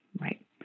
Right